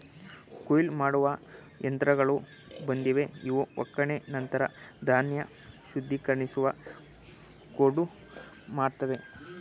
ಕೊಯ್ಲು ಮಾಡುವ ಯಂತ್ರಗಳು ಬಂದಿವೆ ಇವು ಒಕ್ಕಣೆ ನಂತರ ಧಾನ್ಯ ಶುದ್ಧೀಕರಿಸುವ ಕೂಡ ಮಾಡ್ತವೆ